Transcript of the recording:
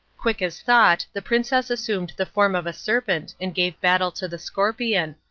quick as thought the princess assumed the form of a serpent and gave battle to the scorpion,